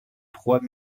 trois